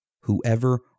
whoever